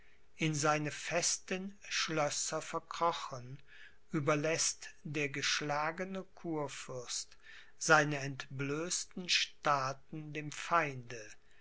in seine festen schlösser verkrochen überläßt der geschlagene kurfürst seine entblößten staaten dem feinde